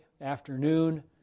afternoon